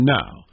now